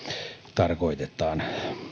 tarkoitetaan